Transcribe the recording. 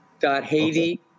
Haiti